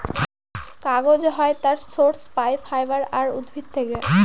কাগজ হয় তার সোর্স পাই ফাইবার আর উদ্ভিদ থেকে